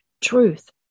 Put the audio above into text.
Truth